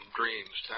dreams